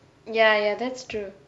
ya ya that's true